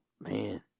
Man